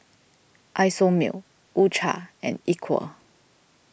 Isomil U Cha and Equal